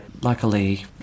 luckily